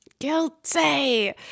guilty